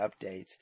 updates